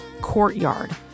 courtyard